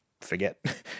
forget